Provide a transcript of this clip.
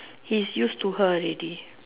he is used to her already